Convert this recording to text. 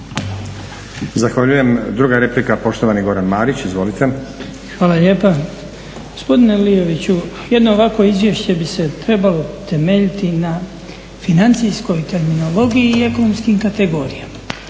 Zahvaljujem. Druga replika poštovani Goran Marić. Izvolite. **Marić, Goran (HDZ)** Hvala lijepa. Gospodine Lioviću, jedno ovakvo izvješće bi se trebalo temeljiti na financijskoj terminologiji i ekonomskim kategorijama.